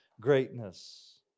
greatness